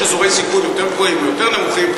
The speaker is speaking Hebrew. יש אזורי סיכון יותר גבוהים ויותר נמוכים,